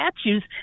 statues